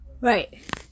Right